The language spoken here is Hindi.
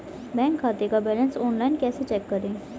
बैंक खाते का बैलेंस ऑनलाइन कैसे चेक करें?